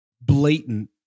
blatant